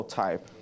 type